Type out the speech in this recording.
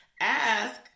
ask